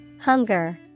Hunger